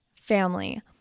family